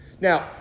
Now